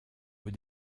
aux